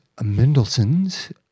Mendelssohn's